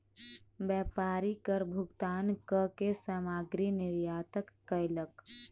व्यापारी कर भुगतान कअ के सामग्री निर्यात कयलक